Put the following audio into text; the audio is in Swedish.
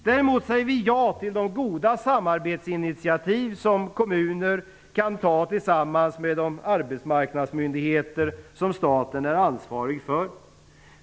Däremot säger vi ja till de goda samarbetsinitiativ som kommuner kan ta tillsammans med de arbetsmarknadsmyndigheter som staten är ansvarig för.